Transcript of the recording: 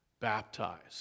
Baptized